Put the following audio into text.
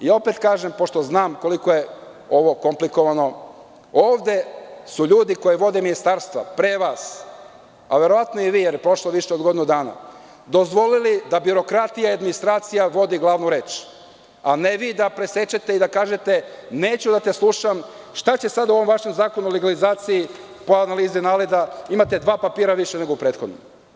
Opet kažem pošto znam koliko je ovo komplikovano, ovde su ljudi koji vode ministarstva pre vas, a verovatno i vi pošto je prošlo više od godinu dana, dozvolili da birokratija i administracija vodi glavnu reč, a ne vi da presečete i kažete – neću da te slušam, šta će sada u ovom vašem Zakonu o legalizaciji pa valjda znate da imate dva papira više nego u prethodnom?